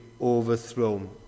overthrown